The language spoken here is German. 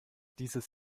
dieses